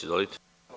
Izvolite.